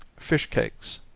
fish cakes.